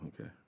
okay